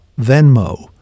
Venmo